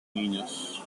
niños